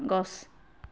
গছ